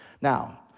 Now